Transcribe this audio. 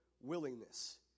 willingness